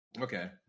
Okay